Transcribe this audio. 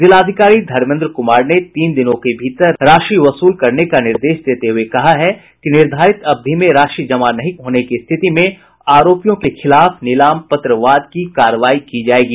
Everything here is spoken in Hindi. जिलाधिकारी धर्मेन्द्र कुमार ने अपने आदेश में तीन दिनों के भीतर राशि वसूल करने का निर्देश देते हुए कहा है कि निर्धारित अवधि में राशि जमा नहीं होने की स्थिति में आरोपियों के खिलाफ नीलाम पत्र वाद की कार्रवाई की जायेगी